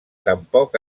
tampoc